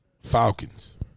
Falcons